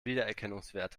wiedererkennungswert